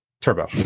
turbo